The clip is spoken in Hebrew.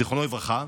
זיכרונו לברכה,